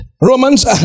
Romans